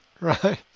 right